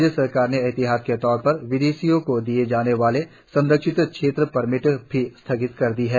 राज्य सरकार ने एहतियात के तौर पर विदेशियों को दिये जाने वाले संरक्षित क्षेत्र परमिट भी संथगति कर दिये हैं